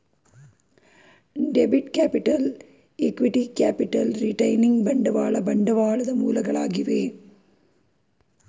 debit capital, equity capital, retaining ಬಂಡವಾಳ ಬಂಡವಾಳದ ಮೂಲಗಳಾಗಿವೆ